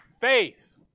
Faith